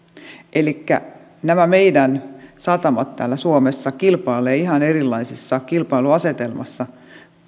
elikkä nämä meidän satamamme täällä suomessa kilpailevat ihan erilaisessa kilpailuasetelmassa